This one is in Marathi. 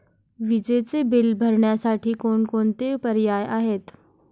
विजेचे बिल भरण्यासाठी कोणकोणते पर्याय आहेत?